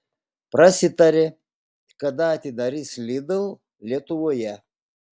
prasitarė kada atidarys lidl lietuvoje